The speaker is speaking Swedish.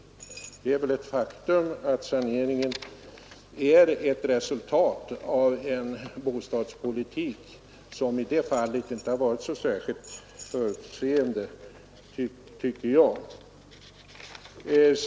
Det är väl ett faktum att saneringen är ett resultat av en bostadspolitik som i det fallet inte varit så särskilt förutseende.